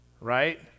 Right